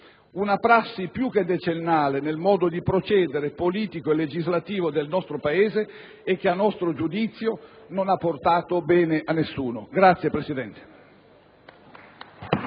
Una prassi più che decennale, nel modo di procedere politico e legislativo del nostro Paese, che a nostro giudizio non ha portato bene a nessuno. La ringrazio, signor Presidente.